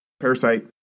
Parasite